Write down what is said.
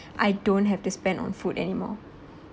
I don't have to spend on food anymore